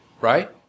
right